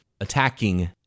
attacking